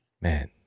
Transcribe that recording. Man